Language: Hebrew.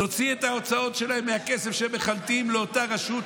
תוציא את ההוצאות שלהם מהכסף שמחלטים לאותה רשות,